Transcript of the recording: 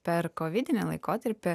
per kovidinį laikotarpį